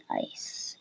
ice